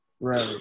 Right